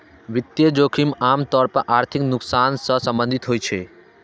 वित्तीय जोखिम आम तौर पर आर्थिक नुकसान सं संबंधित होइ छै